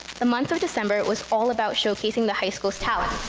the month of december was all about showcasing the high school's talent.